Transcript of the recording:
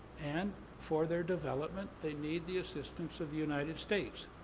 and for their development, they need the assistance of the united states.